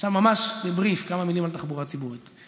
עכשיו ממש ב-brief כמה מילים על תחבורה הציבורית.